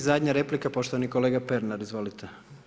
I zadnja replika poštovani kolega Pernar, izvolite.